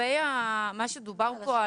לגבי מה שנאמר פה,